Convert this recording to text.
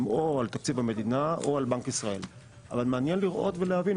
הם או על תקציב המדינה או על בנק ישראל אבל מעניין לראות ולהבין,